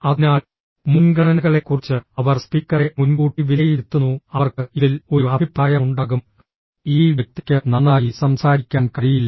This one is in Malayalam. അതിനാൽ മുൻഗണനകളെക്കുറിച്ച് അവർ സ്പീക്കറെ മുൻകൂട്ടി വിലയിരുത്തുന്നു അവർക്ക് ഇതിൽ ഒരു അഭിപ്രായമുണ്ടാകും ഈ വ്യക്തിക്ക് നന്നായി സംസാരിക്കാൻ കഴിയില്ല